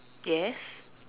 yes